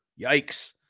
Yikes